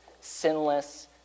sinless